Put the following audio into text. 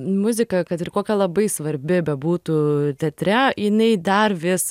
muzika kad ir kokia labai svarbi bebūtų teatre jinai dar vis